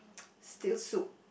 still soup